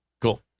Cool